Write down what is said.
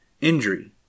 injury